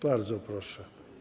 Bardzo proszę.